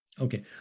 Okay